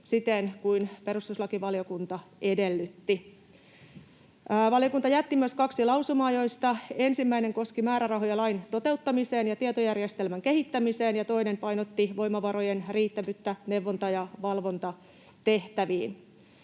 siten kuin perustuslakivaliokunta edellytti. Valiokunta jätti myös kaksi lausumaa, joista ensimmäinen koski määrärahoja lain toteuttamiseen ja tietojärjestelmän kehittämiseen ja toinen painotti voimavarojen riittävyyttä neuvonta‑ ja valvontatehtävissä.